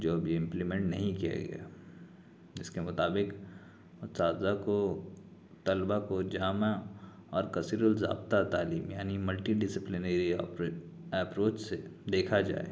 جو ابھی امپلیمنٹ نہیں کیا گیا جس کے مطابق اساتذہ کو طلبہ کو جامع اور کثیرالضابطہ تعلیم یعنی ملٹی ڈسپلنیری ایپروچ سے دیکھا جائے